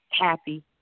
Happy